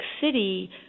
City